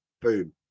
Boom